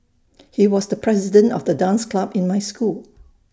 he was the president of the dance club in my school